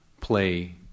play